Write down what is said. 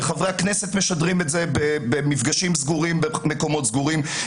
וחברי הכנסת משדרים את זה במפגשים סגורים במקומות סגורים,